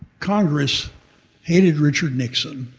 congress hated richard nixon.